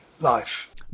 life